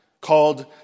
called